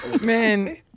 Man